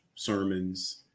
Sermons